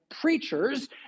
preachers